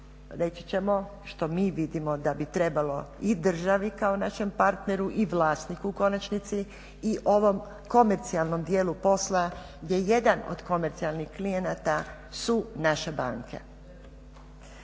reći ćemo što mi vidimo da bi trebalo i državi kao našem partneru i vlasniku u konačnici i ovom komercijalnom dijelu posla gdje jedan od komercijalnih klijenata su naše banke.